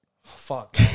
Fuck